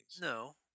No